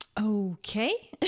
Okay